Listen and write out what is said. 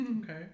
Okay